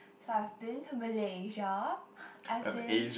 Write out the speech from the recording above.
so I've been to Malaysia I've been